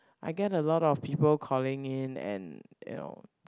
I get a lot of people calling in and you know